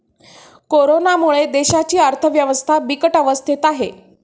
कोरोनामुळे देशाची अर्थव्यवस्था बिकट अवस्थेत आहे